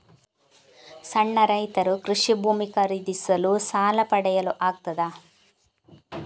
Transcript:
ಸಣ್ಣ ರೈತರು ಕೃಷಿ ಭೂಮಿ ಖರೀದಿಸಲು ಸಾಲ ಪಡೆಯಲು ಆಗ್ತದ?